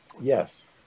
Yes